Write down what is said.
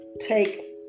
take